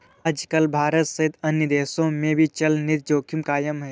आजकल भारत सहित अन्य देशों में भी चलनिधि जोखिम कायम है